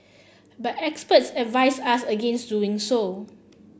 but experts advise ask against doing so